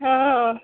ହଁ ହଁ